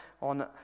on